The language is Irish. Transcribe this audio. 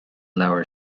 leabhar